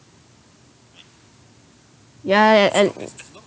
ya ya and